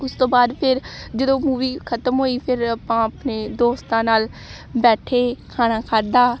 ਉਸ ਤੋਂ ਬਾਅਦ ਫਿਰ ਜਦੋਂ ਉਹ ਮੂਵੀ ਖ਼ਤਮ ਹੋਈ ਫਿਰ ਆਪਾਂ ਆਪਣੇ ਦੋਸਤਾਂ ਨਾਲ ਬੈਠੇ ਖਾਣਾ ਖਾਧਾ